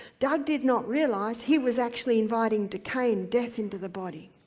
doug did not realize he was actually inviting decay and death into the body.